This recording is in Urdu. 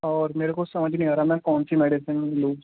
اور میرے کو سمجھ نہیں آ رہا میں کون سی میڈیسن لوں